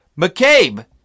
McCabe